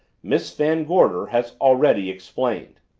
miss van gorder has already explained.